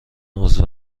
عضو